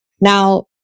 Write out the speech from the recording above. Now